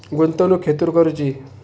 गुंतवणुक खेतुर करूची?